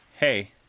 hey